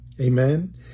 Amen